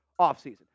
offseason